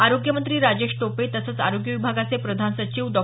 आरोग्यमंत्री राजेश टोपे तसंच आरोग्य विभागाचे प्रधान सचिव डॉ